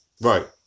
Right